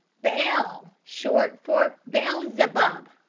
bell short for bellzebub,